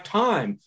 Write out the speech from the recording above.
time